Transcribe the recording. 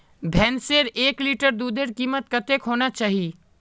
भैंसेर एक लीटर दूधेर कीमत कतेक होना चही?